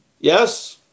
yes